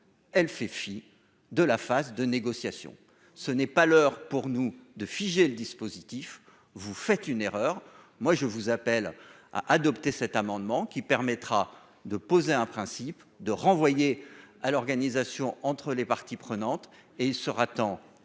elle fait fi de la phase de négociation ce n'est pas l'heure pour nous de figer le dispositif, vous faites une erreur moi je vous appelle à adopter cet amendement qui permettra de poser un principe de renvoyer à l'organisation entre les parties prenantes, et il sera temps,